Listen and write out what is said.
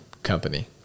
company